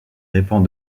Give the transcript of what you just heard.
répand